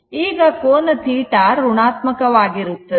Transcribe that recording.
ಈಗ ಕೋನ θ ಋಣಾತ್ಮಕ ವಾಗಿರುತ್ತದೆ